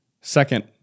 second